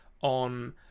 on